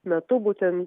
metu būtent